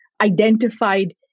identified